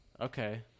Okay